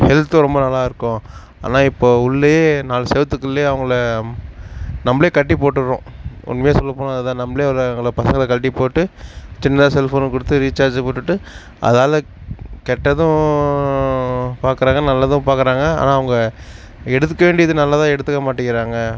ஹெல்த்தும் ரொம்ப நல்லா இருக்கும் ஆனால் இப்போது உள்ளேயே நாலு செவத்துக்குள்ளயே அவங்களை நம்மளே கட்டி போட்டுடுறோம் உண்மையாக சொல்ல போனால் அது தான் நம்மளே அவங்களை பசங்களை கட்டி போட்டு சின்னதாக செல்ஃபோன் கொடுத்து ரீச்சார்ஜு போட்டுவிட்டு அதால கெட்டதும் பாக்கிறாங்க நல்லதும் பாக்கிறாங்க ஆனால் அவங்கள் எடுத்துக்க வேண்டியது நல்லதாக எடுத்துக்க மாட்டேங்கிறாங்க